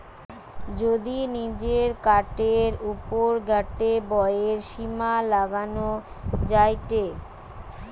যদি নিজের কার্ডের ওপর গটে ব্যয়ের সীমা লাগানো যায়টে